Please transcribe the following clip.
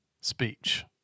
speech